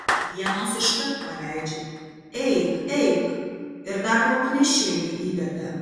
vienos iškart paleidžia eik eik ir dar lauknešėlį įdeda